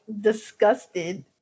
disgusted